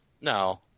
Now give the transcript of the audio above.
No